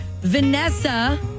Vanessa